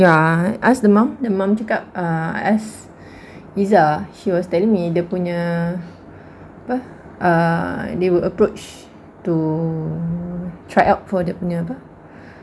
ya ask the mum the mum cakap ask fiza she was telling me dia punya apa err dia approach to try up for dia punya apa